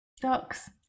Ducks